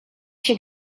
się